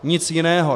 Nic jiného.